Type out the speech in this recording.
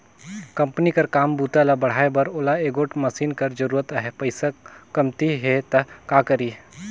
Company कर काम बूता ल बढ़ाए बर ओला एगोट मसीन कर जरूरत अहे, पइसा कमती हे त का करी?